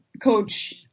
coach